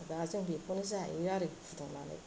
दा जों बेखौनो जायो आरो फुदुंनानै